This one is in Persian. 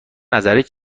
نظرت